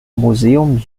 museum